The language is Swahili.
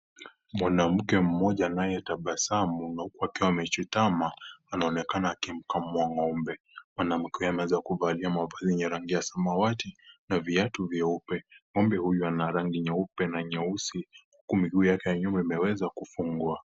Mwanamke mmoja anayetabasamu na huku akiwa amechutama akimkamua ngombe, mwanamke huyu ameweza kuvalia mavazi yenye rangi ya samawati na viatu vyeupe. Ngombe huyu ana rangi nyeupe na nyeusi huku miguu yake ya nyuma imeweza kufungwa.